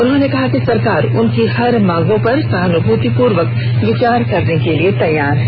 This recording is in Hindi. उन्होंने कहा कि सरकार उनकी हर मांगों पर सहानुभूतिपूर्वक विचार करने के लिए तैयार है